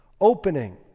opening